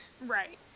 Right